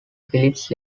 philips